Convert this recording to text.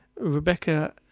Rebecca